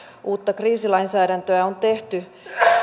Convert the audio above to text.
uutta kriisilainsäädäntöä on tehty